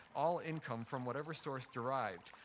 all income from whatever source derived,